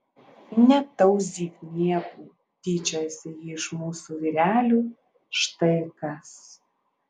netauzyk niekų tyčiojasi ji iš mūsų vyrelių štai kas